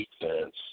defense